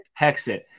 Hexit